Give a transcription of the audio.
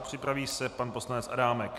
Připraví se pan poslanec Adámek.